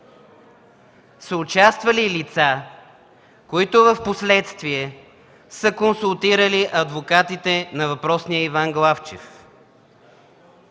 са участвали лица, които впоследствие са консултирали адвокатите на въпросния Иван Главчев.